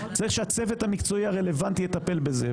צריך שהצוות המקצועי הרלוונטי יטפל בזה.